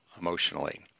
emotionally